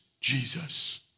Jesus